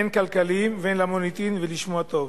הן כלכליים והן למוניטין ולשמו הטוב.